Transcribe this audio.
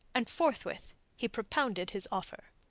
and forthwith he propounded his offer.